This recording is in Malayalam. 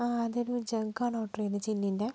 ആ അത് ഒരു ജങ്ക് ആണ് ഓർഡർ ചെയ്തത് ജെല്ലിൻ്റെ